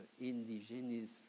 indigenous